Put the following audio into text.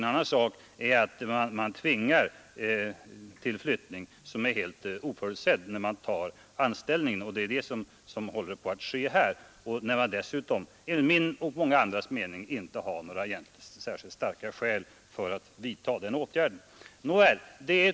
En annan sak är att man tvingar till en flyttning som är helt oförutsedd när anställningen tas, och det är vad som håller på att ske här. Dessutom utan att det finns några starka skäl för att vidta sådana åtgärder.